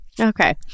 Okay